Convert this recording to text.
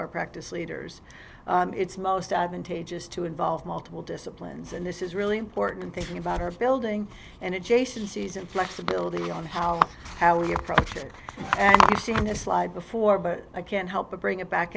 our practice leaders it's most advantageous to involve multiple disciplines and this is really important thinking about our building and it jason season flexibility on how we approach accuracy in a slide before but i can't help but bring it back